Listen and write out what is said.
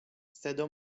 صدا